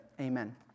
Amen